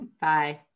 Bye